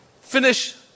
finish